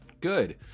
Good